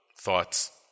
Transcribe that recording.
thoughts